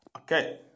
Okay